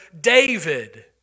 David